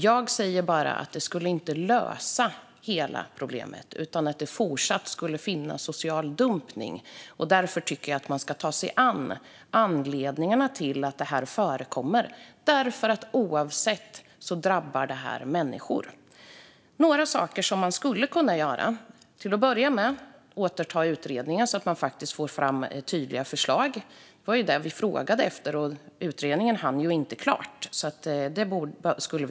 Jag säger bara att detta inte skulle lösa hela problemet, utan det skulle även i fortsättningen finnas social dumpning. Därför tycker jag att man ska ta sig an anledningarna till att detta förekommer, för det drabbar människor. Till att börja med skulle man kunna återuppta utredningar, så att man faktiskt får fram tydliga förslag. Det var ju det vi frågade efter - utredningen hann inte klart. Detta skulle behövas.